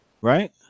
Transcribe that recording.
right